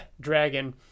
Dragon